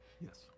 Yes